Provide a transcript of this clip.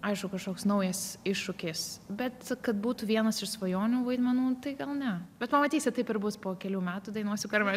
aišku kažkoks naujas iššūkis bet kad būtų vienas iš svajonių vaidmenų tai gal ne bet pamatysi taip ir bus po kelių metų dainuosiu karmen